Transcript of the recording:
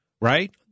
right